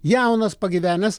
jaunas pagyvenęs